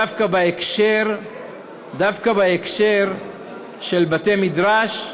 דווקא בהקשר של בתי-מדרש,